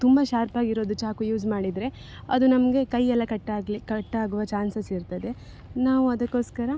ತುಂಬ ಶಾರ್ಪಾಗಿರೋದು ಚಾಕು ಯೂಸ್ ಮಾಡಿದರೆ ಅದು ನಮಗೆ ಕೈಯೆಲ್ಲ ಕಟ್ ಆಗ್ಲಿಕ್ಕೆ ಕಟ್ ಆಗುವ ಚಾನ್ಸಸ್ ಇರ್ತದೆ ನಾವದಕ್ಕೊಸ್ಕರ